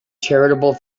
charitable